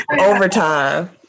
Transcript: Overtime